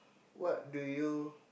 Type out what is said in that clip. what do you